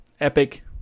Epic